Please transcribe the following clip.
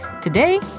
Today